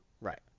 Right